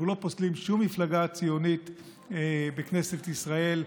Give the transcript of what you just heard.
אנחנו לא פוסלים שום מפלגה ציונית בכנסת ישראל,